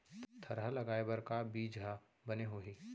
थरहा लगाए बर का बीज हा बने होही?